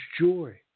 joy